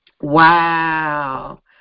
Wow